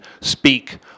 speak